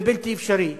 זה בלתי אפשרי.